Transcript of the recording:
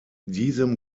diesem